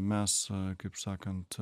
mes kaip sakant